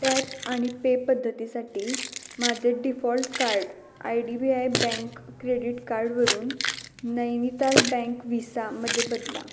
tap आणि pay पद्धतीसाठी माझे default card I D B I bank credit कार्डवरून नैनिताल बँक व्हिसामध्ये बदला